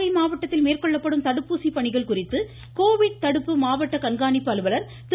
நாகை மாவட்டத்தில் மேற்கொள்ளப்படும் தடுப்பூசி பணிகள் குறித்து கோவிட் தடுப்பு மாவட்ட கண்காணிப்பு அலுவலர் திரு